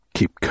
Keep